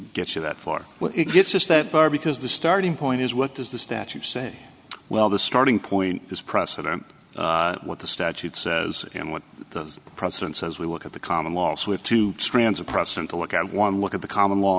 gets you that far it gets us that far because the starting point is what does the statute say well the starting point is precedent what the statute says and what the president says we look at the common laws we have two strands of precedent to look at one look at the common law